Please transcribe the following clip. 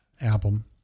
album